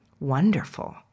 Wonderful